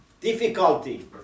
difficulty